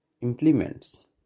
implements